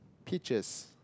pictures